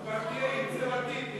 תהיה יצירתי.